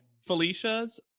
Felicia's